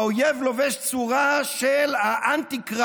האויב לובש צורה של האנטי-כריסט,